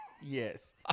Yes